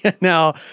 Now